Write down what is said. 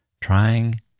trying